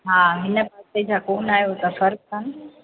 हा हिन हफ़्ते जा कोन्ह आहियो त ख़बर कानि